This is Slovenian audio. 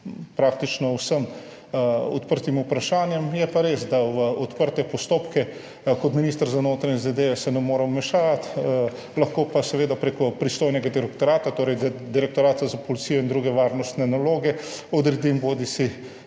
praktično vsem odprtim vprašanjem. Je pa res, da se v odprte postopke kot minister za notranje zadeve ne morem vmešavati, lahko pa seveda prek pristojnega direktorata, torej Direktorata za policijo in druge varnostne naloge, odredim izredni